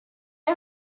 های